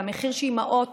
והמחיר שאימהות